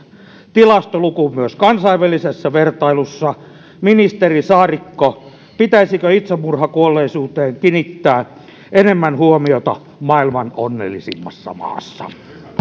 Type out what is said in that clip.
tilastoluku myös kansainvälisessä vertailussa ministeri saarikko pitäisikö itsemurhakuolleisuuteen kiinnittää enemmän huomiota maailman onnellisimmassa maassa